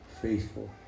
faithful